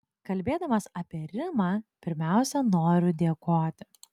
kalbėdamas apie rimą pirmiausia noriu dėkoti